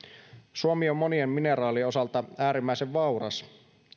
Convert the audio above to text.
suomi on monien mineraalien osalta äärimmäisen vauras